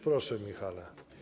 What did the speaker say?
Proszę, Michale.